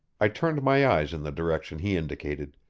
i turned my eyes in the direction he indicated,